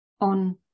on